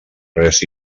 res